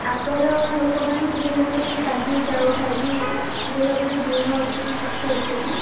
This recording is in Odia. ଆଗର ଲୋକମାନେ ଯେଭଳି ଭାବରେ କାଞ୍ଜି ଜାଉ ଖାଇକି ଏଭଳି ଭାବରେ ଦୃଢ଼ ଅଛନ୍ତି ଶକ୍ତ ଅଛନ୍ତି